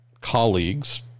colleagues